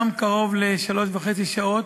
גם כן קרוב לשלוש וחצי שעות,